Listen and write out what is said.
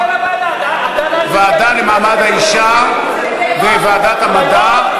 ועדה למעמד האישה וועדת המדע,